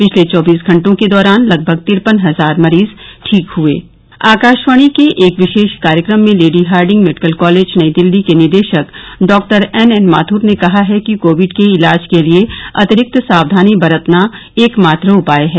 पिछले चौबीस घंटों के दौरान लगभग तिरपन हजार मरीज ठीक हुए है आकाशवाणी के एक विशेष कार्यक्रम में Lady Hardinge Medical College Nayi Delhi के निदेशक डॉ एनएन माथुर ने कहा है कि कोविड के इलाज के लिए अतिरिक्त सावधानी बरतना एकमात्र उपाय है